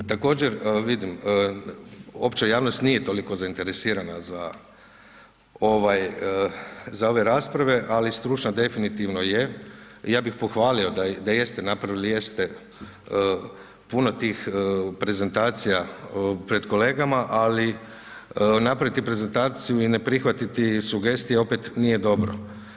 Također vidim, opća javnost nije toliko zainteresirana za ove rasprave, ali … definitivno je i ja bi pohvalio da jeste napravili, jeste puno tih prezentacija pred kolegama, ali napraviti prezentaciju i ne prihvatiti sugestije opet nije dobro.